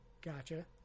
Gotcha